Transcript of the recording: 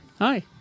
Hi